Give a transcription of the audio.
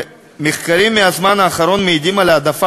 מחקרים מהזמן האחרון מעידים על העדפה